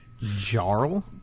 Jarl